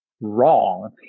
wrong